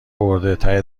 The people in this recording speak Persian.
برده، ته